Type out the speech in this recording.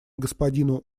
господину